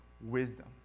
wisdom